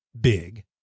big